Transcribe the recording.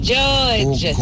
George